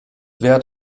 wert